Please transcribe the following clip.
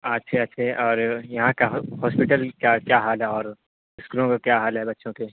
اچھے اچھے اور یہاں کا ہاسپیٹل کیا کیا حال ہے اور اسکولوں کا کیا حال ہے بچوں کے